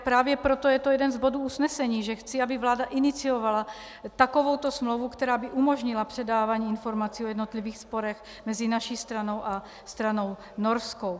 Právě proto je to jeden z bodů usnesení, že chci, aby vláda iniciovala takovouto smlouvu, která by umožnila předávání informací o jednotlivých sporech mezi naší stranou a stranou norskou.